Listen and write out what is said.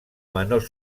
menor